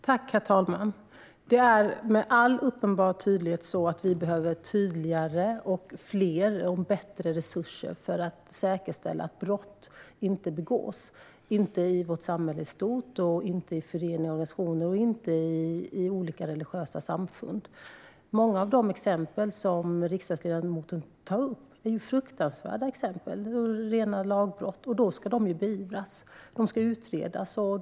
Fru talman! Det är alldeles uppenbart att vi behöver tydligare, fler och bättre resurser för att säkerställa att brott inte begås vare sig i vårt samhälle i stort, i föreningar och organisationer eller i olika religiösa samfund. Många av de exempel som riksdagsledamoten tar upp är fruktansvärda. Det är rena lagbrott, och de ska beivras och utredas.